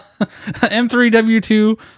M3W2